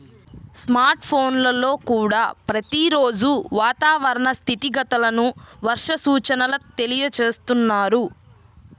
smart ఫోన్లల్లో కూడా ప్రతి రోజూ వాతావరణ స్థితిగతులను, వర్ష సూచనల తెలియజేస్తున్నారు